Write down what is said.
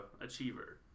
achiever